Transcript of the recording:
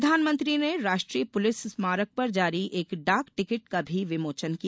प्रधानमंत्री ने राष्ट्रीय पुलिस स्मारक पर जारी एक डाक टिकट का भी विमोचन किया